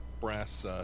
brass